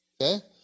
Okay